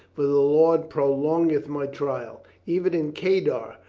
for the lord prolong eth my trial. even in kedar,